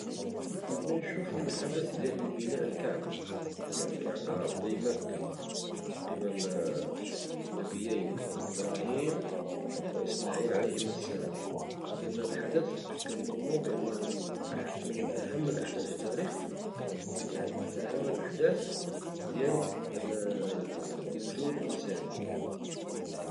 نبغي نشوف الحدث ديال بناء الكعبة بمكة من قبل النبيين إبراهيم وإسماعيل عليهما السلام لأن هد الحدث كنظن أنه من أهم الأحداث في التاريخ وأهم الأحداث ديال الوجود الإنساني.